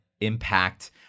impact